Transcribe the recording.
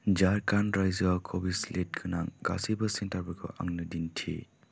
झारखान्ड रायजोआव कविसिल्द गोनां गासैबो सेन्टारफोरखौ आंनो दिन्थि